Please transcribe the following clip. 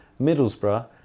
Middlesbrough